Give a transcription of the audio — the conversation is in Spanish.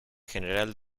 general